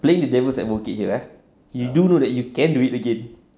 playing the devil's advocate here eh you do know that you can do it again